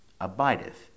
abideth